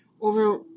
over